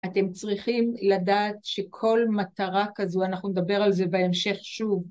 אתם צריכים לדעת שכל מטרה כזו, אנחנו נדבר על זה בהמשך שוב.